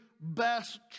best